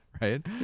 right